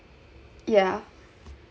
yeah